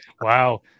Wow